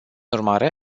urmare